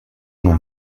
non